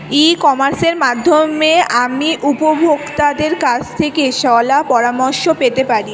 ই কমার্সের মাধ্যমে আমি উপভোগতাদের কাছ থেকে শলাপরামর্শ পেতে পারি?